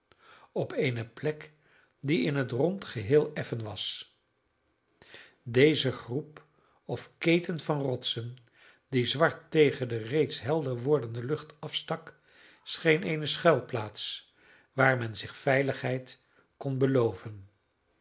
op eene plek die in het rond geheel effen was deze groep of keten van rotsen die zwart tegen de reeds helder wordende lucht afstak scheen eene schuilplaats waar men zich veiligheid kon beloven